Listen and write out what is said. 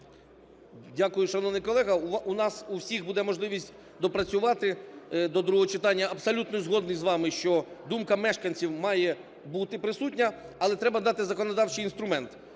Дякую, шановний колега. У нас у всіх буде можливість доопрацювати до другого читання. Абсолютно згодний з вами, що думка мешканців має бути присутня, але треба дати законодавчий інструмент.